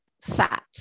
sat